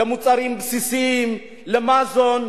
מוצרים בסיסיים, מזון.